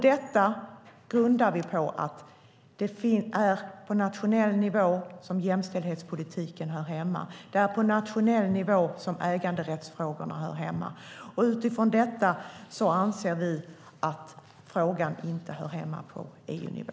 Detta grundar vi på att det är på nationell nivå som jämställdhetspolitiken hör hemma. Det är på nationell nivå som äganderättsfrågorna hör hemma. Utifrån detta anser vi att frågan inte hör hemma på EU-nivå.